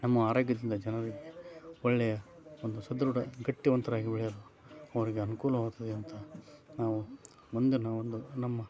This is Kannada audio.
ನಮ್ಮ ಆರೋಗ್ಯದಿಂದ ಜನರು ಒಳ್ಳೆಯ ಒಂದು ಸದೃಢ ಗಟ್ಟಿವಂತರಾಗಿ ಬೆಳೆಯಲು ಅವರಿಗೆ ಅನುಕೂಲವಾಗ್ತದೆ ಅಂತ ನಾವು ಮುಂದಿನ ಒಂದು ನಮ್ಮ